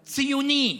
ציוני,